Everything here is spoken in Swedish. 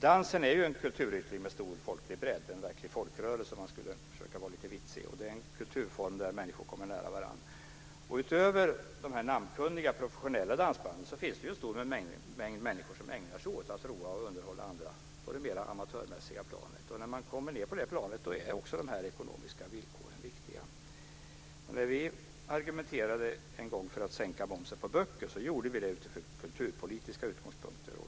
Dansen är en kulturyttring med stor folklig bredd. Om jag vill försöka vara lite vitsig kan jag säga att den är en verklig folkrörelse. Det är en kulturform där människor kommer nära varandra. Utöver de namnkunniga professionella dansbanden finns det en stor mängd människor som ägnar sig åt att roa och underhålla andra på det mer amatörmässiga planet. När man kommer ned på det planet är också de ekonomiska villkoren viktiga. När vi en gång argumenterade för en sänkning av momsen på böcker gjorde vi det från kulturpolitiska utgångspunkter.